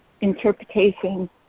interpretation